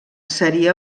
seria